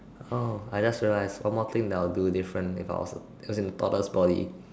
orh I just realized one more thing that I'll do different if I was a it was in a boarder body